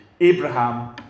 Abraham